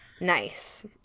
Nice